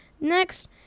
Next